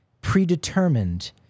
predetermined